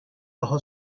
daha